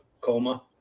coma